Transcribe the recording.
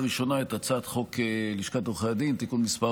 ראשונה את הצעת חוק לשכת עורכי (תיקון מס'